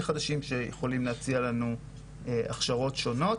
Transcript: חדשים שיכולים להציע לנו הכשרות שונות.